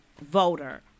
voter